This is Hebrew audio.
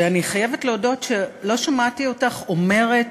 ואני חייבת להודות שלא שמעתי אותך אומרת